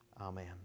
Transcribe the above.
Amen